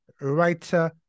writer